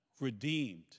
redeemed